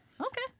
Okay